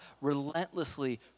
relentlessly